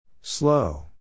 Slow